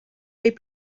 les